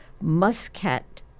muscat